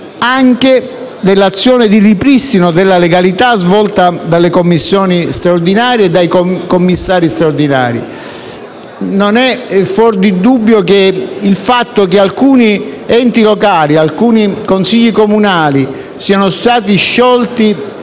anche dell'azione di ripristino della legalità svolta dalle commissioni straordinarie e dai commissari straordinari. Il fatto che alcuni enti locali e alcuni Consigli comunali siano stati sciolti